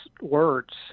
words